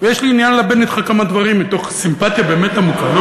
ויש לי עניין ללבן אתך כמה דברים מתוך סימפתיה באמת עמוקה.